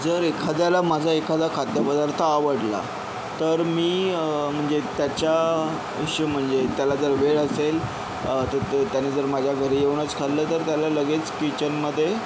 जर एखाद्याला माझा एखादा खाद्यपदार्थ आवडला तर मी म्हणजे त्याच्या हिश्य म्हणजे त्याला जर वेळ असेल तर ते त्याने जर माझ्या घरी येऊनच खाल्लं तर त्याला लगेच किचनमध्ये